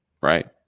right